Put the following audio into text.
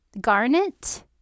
garnet